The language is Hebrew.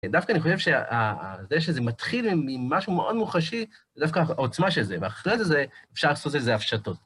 דווקא אני חושב שזה שזה מתחיל ממשהו מאוד מוחשי, זה דווקא העוצמה של זה, ואחרי זה אפשר לעשות איזה הפשטות.